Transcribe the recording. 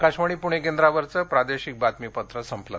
आकाशवाणी पुणे केंद्रावरचं प्रादेशिक बातमीपत्र संपलं